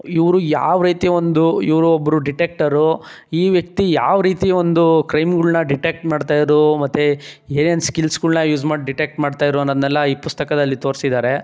ಇವರು ಯಾವ ರೀತಿಯ ಒಂದು ಇವರು ಒಬ್ಬರು ಡಿಟೆಕ್ಟರು ಈ ವ್ಯಕ್ತಿ ಯಾವ ರೀತಿ ಒಂದು ಕ್ರೈಮ್ಗಳನ್ನ ಡಿಟೆಕ್ಟ್ ಮಾಡ್ತಾಯಿದ್ರು ಮತ್ತೆ ಏನೇನು ಸ್ಕಿಲ್ಸ್ಗಳನ್ನ ಯೂಸ್ ಮಾಡಿ ಡಿಟೆಕ್ಟ್ ಮಾಡ್ತಾಯಿದ್ರು ಅನ್ನೋದನ್ನೆಲ್ಲ ಈ ಪುಸ್ತಕದಲ್ಲಿ ತೋರ್ಸಿದ್ದಾರೆ